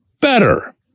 better